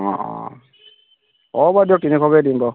অঁ অঁ হ'ব বাৰু দিয়ক তিনিশকে দিম বাৰু